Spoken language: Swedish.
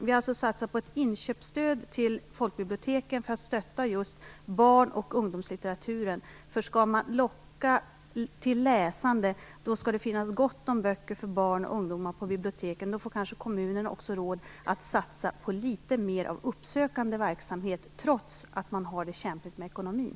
Regeringen har satsat på ett inköpsstöd till folkbiblioteken för att stötta just barn och ungdomslitteraturen. Skall man locka till läsande skall det finnas gott om böcker för barn och ungdomar på biblioteken. Då får kanske kommunerna också råd att satsa litet mer på uppsökande verksamhet, trots att de har det kämpigt med ekonomin.